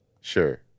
Sure